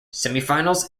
semifinals